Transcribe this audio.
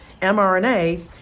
mRNA